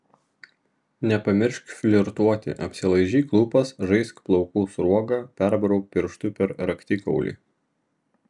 nepamiršk flirtuoti apsilaižyk lūpas žaisk plaukų sruoga perbrauk pirštu per raktikaulį